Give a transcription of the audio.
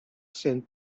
scène